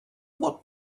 what